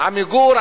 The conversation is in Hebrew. "עמיגור",